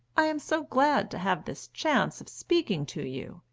i am so glad to have this chance of speaking to you,